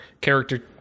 character